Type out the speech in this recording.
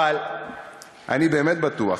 אבל אני באמת בטוח